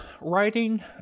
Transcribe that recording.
writing